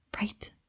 Right